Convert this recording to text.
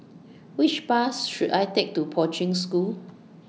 Which Bus should I Take to Poi Ching School